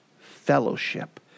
fellowship